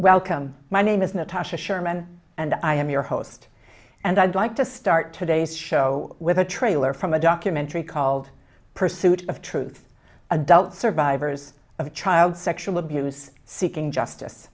wellcome my name is natasha sherman and i am your host and i'd like to start today's show with a trailer from a documentary called pursuit of truth adult survivors of child sexual abuse seeking justice